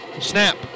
Snap